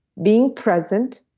being present,